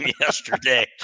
yesterday